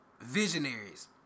visionaries